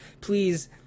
please